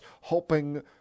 hoping